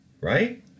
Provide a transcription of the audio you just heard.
right